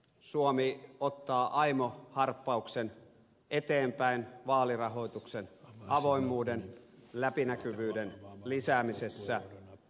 suomi ottaa aimo harppauksen eteenpäin vaalirahoituksen avoimuuden läpinäkyvyyden lisäämisessä